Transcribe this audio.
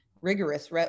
rigorous